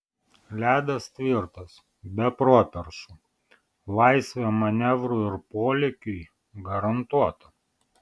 ledas tvirtas be properšų laisvė manevrui ir polėkiui garantuota